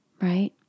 right